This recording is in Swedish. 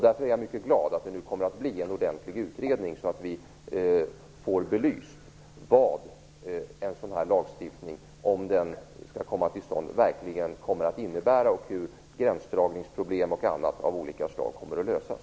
Därför är jag mycket glad att det nu kommer att bli en ordentlig utredning så att vi får belyst vad en sådan lagstiftning, om den kommer till stånd, verkligen innebär och hur gränsdragningsproblem och annat kommer att lösas.